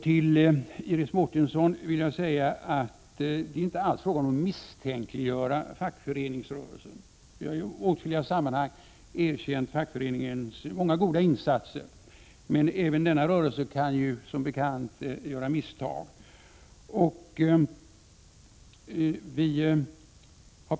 Till Iris Mårtensson vill jag säga att det inte alls är fråga om att misstänkliggöra fackföreningsrörelsen. Jag har i åtskilliga sammanhang erkänt fackföreningsrörelsens många goda insatser, men även denna rörelse kan som bekant göra misstag.